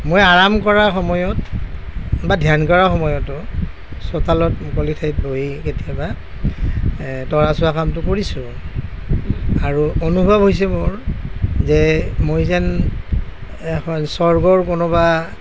মই আৰাম কৰা সময়ত বা ধ্য়ান কৰা সময়তো চোতালত মুকলি ঠাইত বহি কেতিয়াবা তৰা চোৱা কামটো কৰিছোঁ আৰু অনুভৱ হৈছে মোৰ যে মই যেন এখন স্বৰ্গৰ কোনোবা